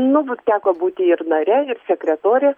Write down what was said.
nu vat teko būti ir nare ir sekretore